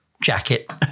jacket